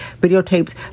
videotapes